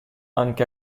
anche